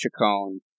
Chacon